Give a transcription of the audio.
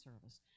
service